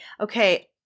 okay